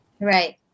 Right